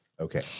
okay